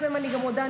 אני גם מודה,